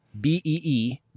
B-E-E